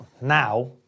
now